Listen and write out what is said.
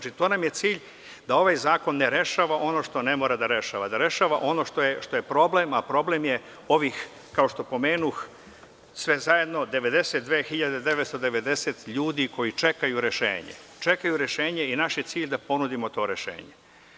Cilj nam je da ovaj zakon ne rešava ono što ne mora da rešava, da rešava ono što je problem, a problem je ovih, kao što pomenuh, sve zajedno 92.990 ljudi koji čekaju rešenje i naš je cilj da ponudimo to rešenje.